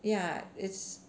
ya it's